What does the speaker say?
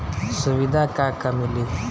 सुविधा का का मिली?